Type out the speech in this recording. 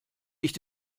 ich